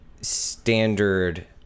standard